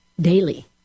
daily